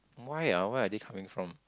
why ah why are they coming from